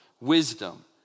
wisdom